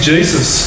Jesus